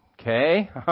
Okay